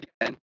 again